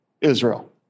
Israel